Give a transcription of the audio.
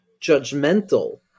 judgmental